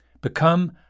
Become